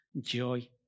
joy